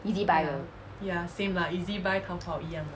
ezbuy 的